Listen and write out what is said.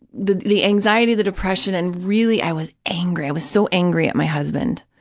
the the anxiety, the depression, and really i was angry, i was so angry at my husband.